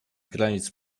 granic